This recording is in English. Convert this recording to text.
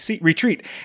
retreat